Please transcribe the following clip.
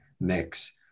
mix